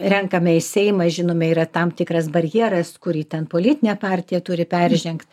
renkame į seimą žinome yra tam tikras barjeras kurį ten politinė partija turi peržengt